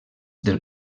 del